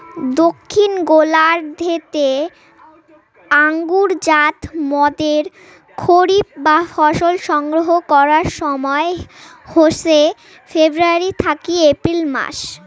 দক্ষিন গোলার্ধ তে আঙুরজাত মদের খরিফ বা ফসল সংগ্রহ করার সময় হসে ফেব্রুয়ারী থাকি এপ্রিল মাস